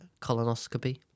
Colonoscopy